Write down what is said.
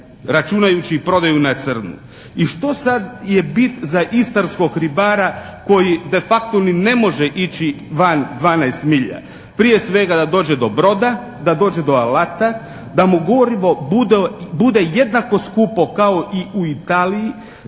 računajući i prodaju na crno. I što sad je bit za istarskog ribara koji de facto ni ne može ići van 12 milja. Prije svega da dođe do broda, da dođe do alata, da mu gorivo bude jednako skupo kao i u Italiji,